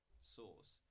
source